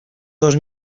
dos